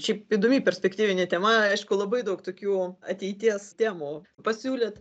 šiaip įdomi perspektyvinė tema aišku labai daug tokių ateities temų pasiūlėt